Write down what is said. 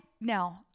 Now